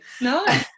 No